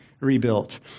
rebuilt